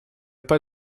pas